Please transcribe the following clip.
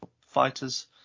fighters